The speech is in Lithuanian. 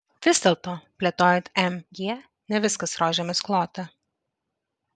vis dėlto plėtojant mg ne viskas rožėmis klota